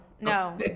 No